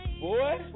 Boy